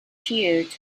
cheered